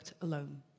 alone